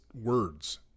words